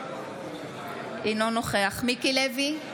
אינו נוכח מיקי לוי,